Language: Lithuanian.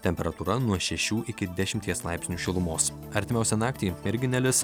temperatūra nuo šešių iki dešimties laipsnių šilumos artimiausią naktį irgi nelis